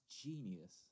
genius